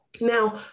Now